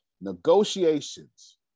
negotiations